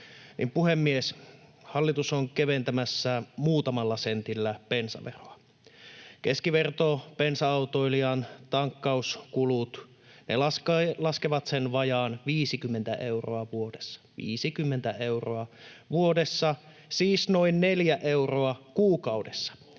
Puhemies! Hallitus on keventämässä muutamalla sentillä bensaveroa. Keskiverron bensa-autoilijan tankkauskulut laskevat sen vajaan 50 euroa vuodessa — 50 euroa vuodessa, siis noin neljä euroa kuukaudessa.